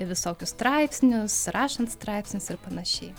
visokius straipsnius rašant straipsnius ir panašiai